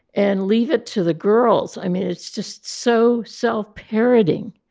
and leave it to the girls i mean, it's just so self-parroting.